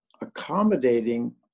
accommodating